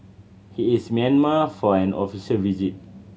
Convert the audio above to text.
he is Myanmar for an official visit